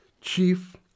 chief